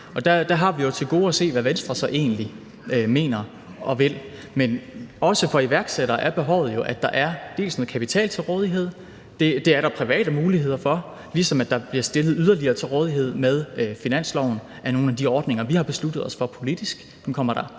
Og der har vi jo til gode at se, hvad Venstre så egentlig mener og vil. Men også for iværksættere er behovet jo, at der er noget kapital til rådighed – det er der private muligheder for – ligesom der med finansloven yderligere bliver stillet noget til rådighed med nogle af de ordninger, vi har besluttet os for politisk; nu kommer der